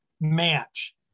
match